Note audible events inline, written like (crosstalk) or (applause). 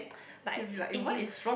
(noise) like if you